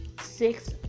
six